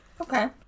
Okay